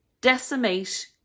decimate